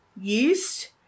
yeast